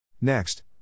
Next